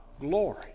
glory